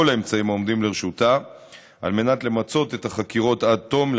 האמצעים העומדים לרשותה על מנת למצות את החקירות עד תום,